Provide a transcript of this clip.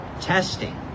testing